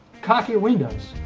caulk your windows.